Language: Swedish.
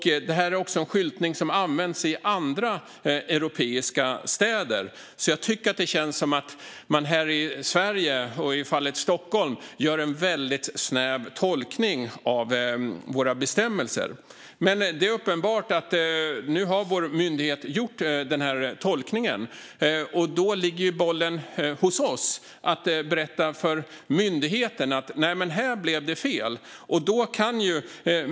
Skyltningen används även i andra europeiska städer, så jag tycker att det känns som om man här i Sverige och i fallet Stockholm gör en väldigt snäv tolkning av våra bestämmelser. Det är dock uppenbart att vår myndighet nu har gjort den här tolkningen, och då ligger bollen hos oss att berätta för myndigheten att här blev det fel.